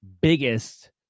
biggest